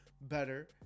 better